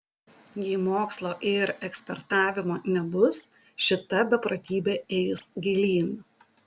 jei mokslo ir ekspertavimo nebus šita beprotybė eis gilyn